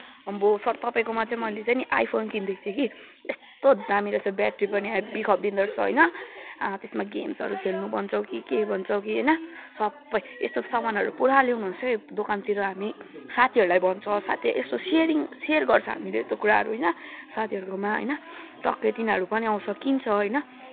आम्बो सर तपाईँकोमा चाहिँ मैले चाहिँ नि आइफोन किनिदिएको थिएँ कि यस्तो दामी रहेछ ब्याट्री पनि हेभी खपिदिँदो रहेछ होइन त्यसमा गेम्सहरू खेल्नु भन्छौँ कि के भन्छौँ कि होइन सबै यस्तो सामानहरू पुरा ल्याउनुहोस् है दोकानतिर हामी साथीहरूलाई भन्छ साथीहरू यस्तो सेयरिङ सेयर गर्छ हामीले यस्तो कुराहरू होइन साथीहरूकोमा होइन टक्कै तिनीहरू पनि आउँछ किन्छ होइन